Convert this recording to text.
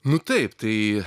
nu taip tai